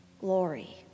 glory